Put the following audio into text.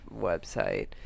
website